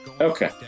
Okay